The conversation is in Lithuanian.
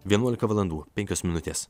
vienuolika valandų penkios minutės